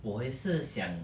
我也是想